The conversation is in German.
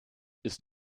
ist